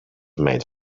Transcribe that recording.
made